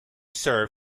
served